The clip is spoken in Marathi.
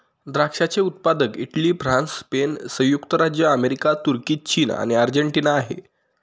द्राक्षाचे उत्पादक इटली, फ्रान्स, स्पेन, संयुक्त राज्य अमेरिका, तुर्की, चीन आणि अर्जेंटिना आहे